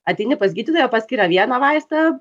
ateini pas gydytoją paskiria vieną vaistą